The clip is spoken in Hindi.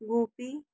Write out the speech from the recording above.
गोपी